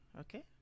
okay